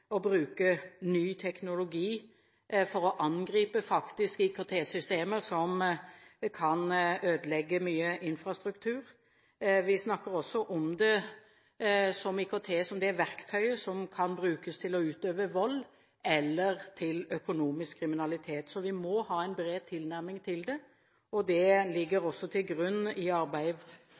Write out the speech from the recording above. å bruke ny teknologi for faktisk å angripe IKT-systemer, som kan ødelegge mye infrastruktur, og vi snakker også om IKT som det verktøyet som kan brukes til å utøve vold eller til økonomisk kriminalitet. Så vi må ha en bred tilnærming til det. Det ligger også til grunn i